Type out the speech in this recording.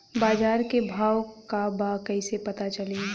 बाजार के भाव का बा कईसे पता चली?